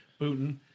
Putin